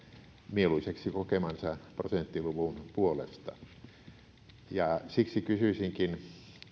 mieluiseksi kokemansa prosenttiluvun puolesta siksi kysyisinkin